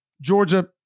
Georgia